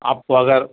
آپ کو اگر